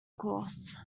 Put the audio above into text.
course